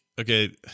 okay